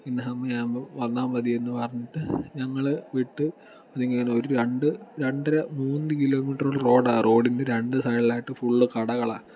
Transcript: ഇന്ന സമയം ആകുമ്പോൾ വന്നാൽ മതിയെന്ന് പറഞ്ഞിട്ട് ഞങ്ങളെ വിട്ട് ഒരു രണ്ട് രണ്ട് രണ്ടര മൂന്ന് കിലോ മീറ്ററുകളോളം റോഡാണ് റോഡിൻ്റെ രണ്ട് സൈഡിലായിട്ട് ഫുൾ കടകളാണ്